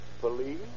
police